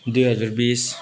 दुई हजार बिस